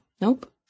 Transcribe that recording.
Nope